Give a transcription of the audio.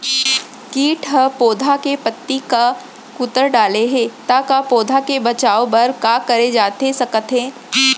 किट ह पौधा के पत्ती का कुतर डाले हे ता पौधा के बचाओ बर का करे जाथे सकत हे?